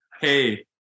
hey